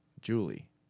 Julie